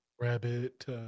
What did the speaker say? rabbit